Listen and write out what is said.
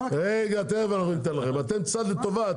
אתם צד לטובה,